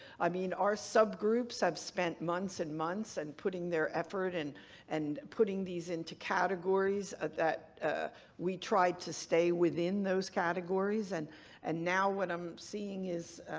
i mean our subgroups have spent months and months in and putting their efforts and and putting these into categories that we tried to stay within those categories and and now what i'm seeing is.